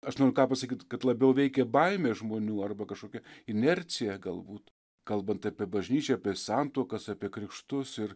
aš noriu ką pasakyt kad labiau veikė baimė žmonių arba kažkokia inercija galbūt kalbant apie bažnyčią apie santuokas apie krikštus ir